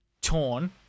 torn